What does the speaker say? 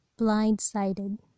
blindsided